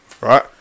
right